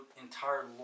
entire